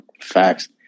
Facts